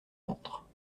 ventre